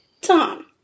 Tom